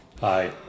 Hi